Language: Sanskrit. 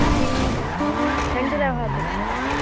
मह्यं तण्डुलः अपेक्षितः